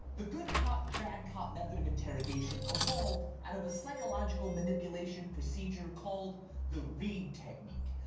the good cop bad cop method of interrogation evolved out of a psychological manipulation procedure called the reid technique,